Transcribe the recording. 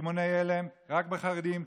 רימוני הלם, רק על חרדים.